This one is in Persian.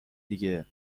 دیگه